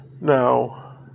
Now